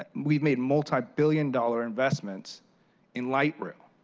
and we've made multi billion dollar investments in light rail.